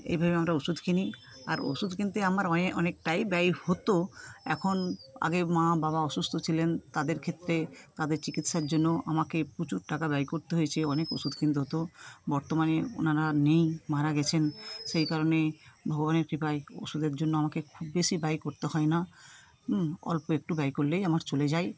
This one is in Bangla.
এইভাবে আমরা ওষুধ কিনি আর ওষুধ কিনতে আমার অনেকটাই ব্যয় হত এখন আগে মা বাবা অসুস্থ ছিলেন তাদের ক্ষেত্রে তাদের চিকিৎসার জন্য আমাকে প্রচুর টাকা ব্যয় করতে হয়েছে অনেক ওষুধ কিনতে হত বর্তমানে ওনারা আর নেই মারা গেছেন সেই কারণে ভগবানের কৃপায় ওষুধের জন্য আমাকে খুব বেশি ব্যয় করতে হয় না অল্প একটু ব্যয় করলেই আমার চলে যায়